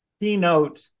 keynote